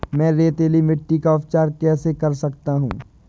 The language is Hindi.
मैं रेतीली मिट्टी का उपचार कैसे कर सकता हूँ?